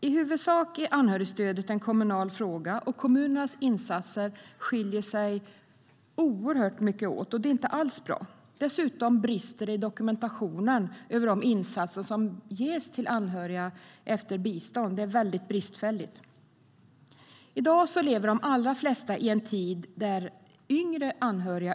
I huvudsak är anhörigstödet en kommunal fråga, och kommunernas insatser skiljer sig oerhört mycket åt. Det är inte alls bra. Dessutom är dokumentationen över insatser som ges till anhöriga efter bistånd bristfällig. I dag yrkesarbetar de allra flesta yngre anhöriga.